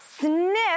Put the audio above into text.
Sniff